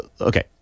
Okay